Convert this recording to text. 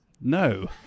No